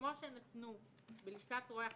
שכמו שבלשכת רואי החשבון,